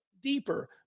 deeper